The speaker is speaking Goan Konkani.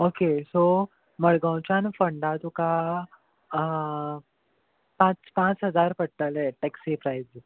ओके सो मडगांवच्यान फोंडा तुका पांच पांच हजार पडटले टॅक्सी प्रायज